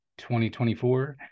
2024